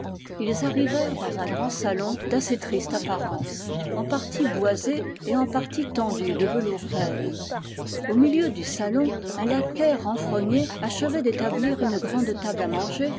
ils arrivèrent dans un grand salon d'assez triste apparence en partie boisé et en partie tendu de velours vert au milieu du salon un laquais renfrogné achevait d'établir une grande table à manger